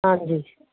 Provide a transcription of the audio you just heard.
ਹਾਂਜੀ